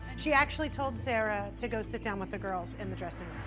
she actually told sarah to go sit down with the girls in the dressing